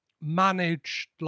managed